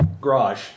garage